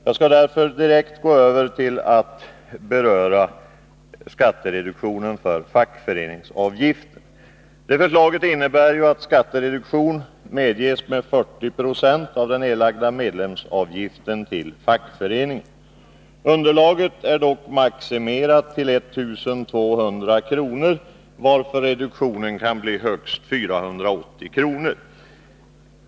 Jag skall därför direkt gå över till att beröra förslaget om skattereduktion för fackföreningsavgifter. Förslaget innebär att skattereduktion medges med.40 96 av den erlagda medlemsavgiften till fackföreningen. Underlaget är dock maximerat till 1200 kr., varför reduktionen kan bli högst 480 kr.